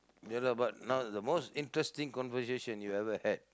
ya lah but now the most interesting conversation you've ever had